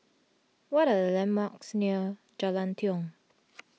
what are the landmarks near Jalan Tiong